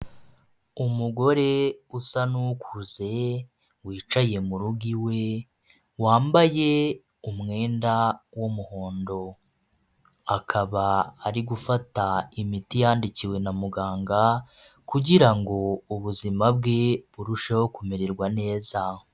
Umugore usa n'ukuze wicaye mu rugo iwe wambaye umwenda w'umuhondo akaba ari gufata imiti yandikiwe na muganga kugira ngo ubuzima bwe burusheho kumererwa neza.